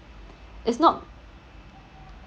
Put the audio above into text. it's not